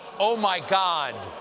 oh, my god.